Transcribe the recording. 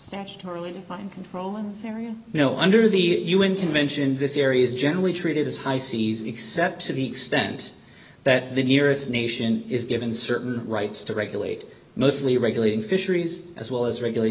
statutorily mind control in this area you know under the un convention this area is generally treated as high seas except to the extent that the nearest nation is given certain rights to regulate mostly regulating fisheries as well as regula